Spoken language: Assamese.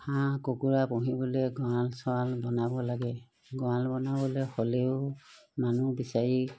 হাঁহ কুকুৰা পুহিবলৈ গঁড়াল চড়াল বনাব লাগে গঁড়াল বনাবলৈ হ'লেও মানুহ বিচাৰি